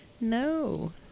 No